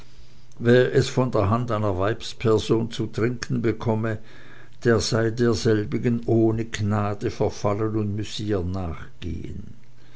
es von der hand einer weibsperson zu trinken bekomme der sei derselbigen ohne gnade verfallen und müsse ihr nachgehen